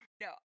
No